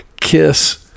Kiss